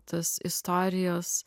tas istorijos